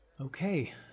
Okay